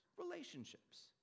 Relationships